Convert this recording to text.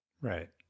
right